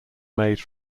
made